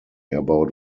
about